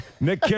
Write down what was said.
Nick